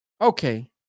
Okay